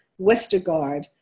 Westergaard